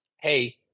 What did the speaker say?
hey